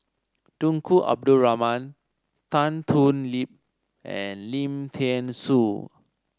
Tunku Abdul Rahman Tan Thoon Lip and Lim Thean Soo